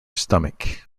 stomach